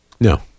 No